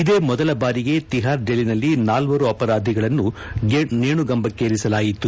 ಇದೇ ಮೊದಲ ಬಾರಿಗೆ ತಿಹಾರ್ ಜೈಲಿನಲ್ಲಿ ನಾಲ್ವರು ಅಪರಾಧಿಗಳನ್ನು ಗೇಣುಗಂಬಕ್ಕೇರಿಸಲಾಯಿತು